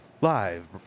Live